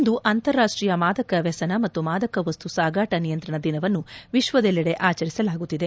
ಇಂದು ಅಂತಾರಾಷ್ಟೀಯ ಮಾದಕ ವ್ಯಸನ ಮತ್ತು ಮಾದಕವಸ್ತು ಸಾಗಾಟ ನಿಯಂತ್ರಣ ದಿನವನ್ನು ವಿಶ್ವದೆಲ್ಲೆಡೆ ಆಚರಿಸಲಾಗುತ್ತಿದೆ